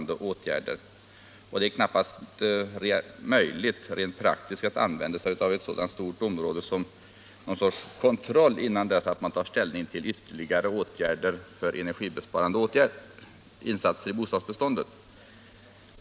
Det är knappast möjligt rent praktiskt att använda sig av ett så stort område för någon sorts kontroll innan man tar ställning till ytterligare insatser för energibesparing i bostadsbeståndet.